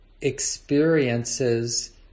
experiences